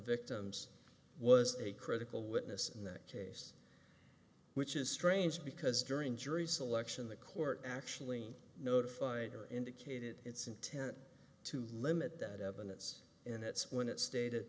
victims was a critical witness in that case which is strange because during jury selection the court actually notified or indicated its intent to limit that evidence and it's when it stated